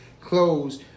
clothes